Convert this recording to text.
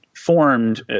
formed